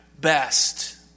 best